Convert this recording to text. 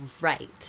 Right